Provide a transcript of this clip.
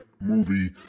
movie